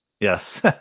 Yes